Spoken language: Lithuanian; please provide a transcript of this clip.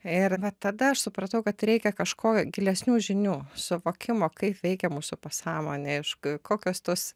ir va tada aš supratau kad reikia kažko gilesnių žinių suvokimo kaip veikia mūsų pasąmonė aišku kokios tos